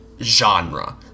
genre